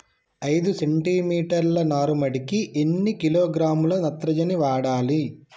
ఐదు సెంటిమీటర్ల నారుమడికి ఎన్ని కిలోగ్రాముల నత్రజని వాడాలి?